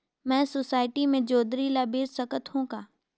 मैं सोसायटी मे जोंदरी ला बेच सकत हो का?